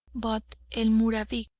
but el mubarik.